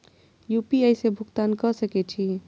UPI से भुगतान क सके छी?